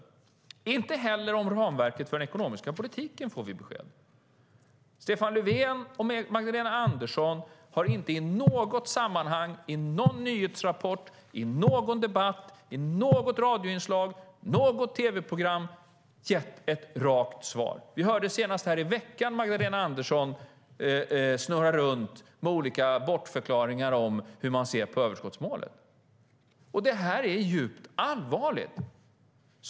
Vi får inte heller besked om ramverket för den ekonomiska politiken. Stefan Löfven och Magdalena Andersson har inte i något sammanhang - i någon nyhetsrapport, i någon debatt, i något radioinslag eller i något tv-program - gett ett rakt svar. Vi hörde senast här i veckan Magdalena Andersson snurra runt med olika bortförklaringar om hur man ser på överskottsmålet. Detta är djupt allvarligt.